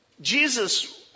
Jesus